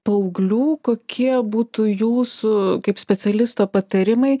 paauglių kokie būtų jūsų kaip specialisto patarimai